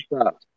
stop